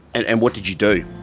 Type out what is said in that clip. and and what did you do?